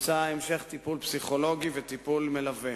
הוצע המשך טיפול פסיכולוגי וטיפול מלווה.